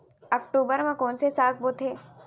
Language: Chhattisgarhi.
अक्टूबर मा कोन से साग बोथे?